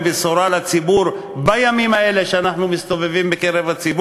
בשורה לציבור בימים האלה כשאנחנו מסתובבים בקרבו,